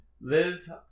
Liz